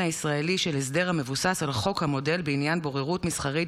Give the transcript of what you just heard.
הישראלי של הסדר המבוסס על חוק המודל בעניין בוררות מסחרית